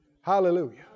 Hallelujah